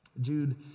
Jude